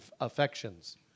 affections